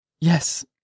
Yes